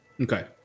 Okay